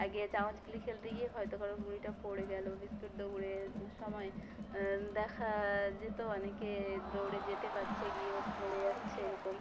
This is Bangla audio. আগে চামচ গুলি খেলতে গিয়ে হয়তো কারো গুলিটা পড়ে গেলো বিস্কুট দৌড়ের সময় দেখা যেতো অনেকে দৌড়ে যেতে পাচ্ছে গিয়েও পড়ে যাচ্ছে এরকম